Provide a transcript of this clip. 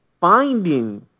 finding